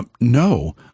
No